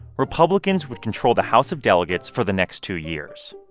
republicans would control the house of delegates for the next two years.